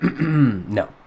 no